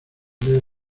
debe